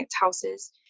houses